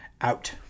out